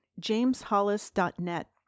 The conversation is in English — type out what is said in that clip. jameshollis.net